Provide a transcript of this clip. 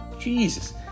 Jesus